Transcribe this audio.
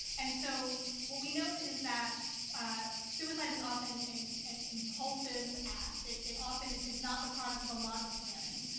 and so what we know is that suicide is often and an impulsive act. it it often is not the product of a lot of planning.